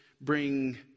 bring